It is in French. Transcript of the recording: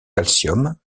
calcium